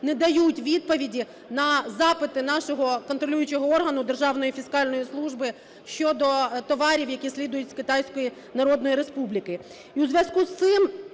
не дають відповіді на запити нашого контролюючого органу – Державної фіскальної служби – щодо товарів, які слідують з